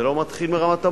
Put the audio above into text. זה לא מתחיל מרמת המורה,